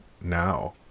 now